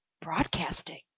broadcasting